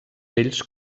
ells